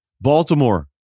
Baltimore